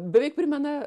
beveik primena